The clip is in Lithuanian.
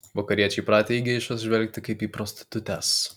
vakariečiai pratę į geišas žvelgti kaip į prostitutes